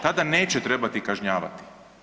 Tada neće trebati kažnjavati.